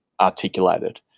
articulated